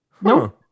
No